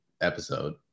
episode